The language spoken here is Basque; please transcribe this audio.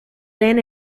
lehen